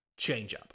changeup